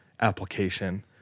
application